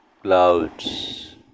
Clouds